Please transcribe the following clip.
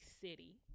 city